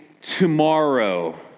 tomorrow